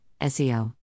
SEO